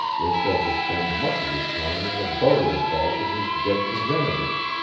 was said to spend much of his time in the burial vault of his dead progenitors,